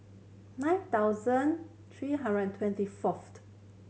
nine thousand three hundred and twenty first